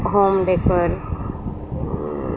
home decker